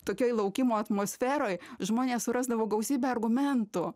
tokioj laukimo atmosferoj žmonės surasdavo gausybę argumentų